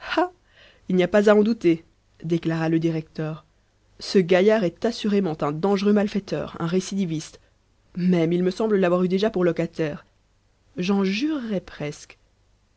il n'y a pas à en douter déclara le directeur ce gaillard est assurément un dangereux malfaiteur un récidiviste même il me semble l'avoir eu déjà pour locataire j'en jurerais presque